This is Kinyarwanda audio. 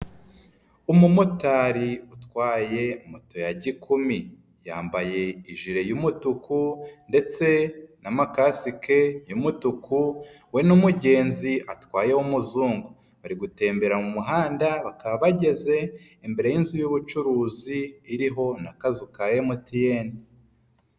Umumotari utwaye moto ya gikumi yambaye ijire y'umutuku ndetse n'amakasike y'umutuku we n'umugenzi atwaye w'umuzungu, bari gutembera mu muhanda bakaba bageze imbere y'inzu y'ubucuruzi iriho n'akazu ka MTN.